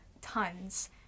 tons